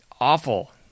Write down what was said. awful